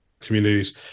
communities